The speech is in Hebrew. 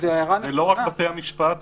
זה לא רק בתי-המשפט,